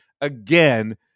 again